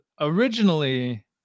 originally